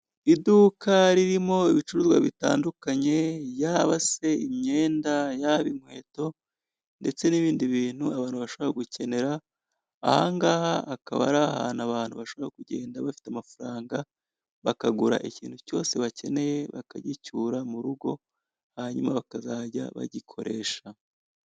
Iduka ririmo ibicuruzwa bitandukanye yababa se imyenda, yaba inkweto ndetse n'ibindi bintu abantu bashobora gukenera, aha ngaha akaba ari ahantu abantu bashobora kugenda bafite amafaranga bakagura ikintu cyose bakeneye bakagicyura mu rugo hanyuma bakazajya bagikoresha.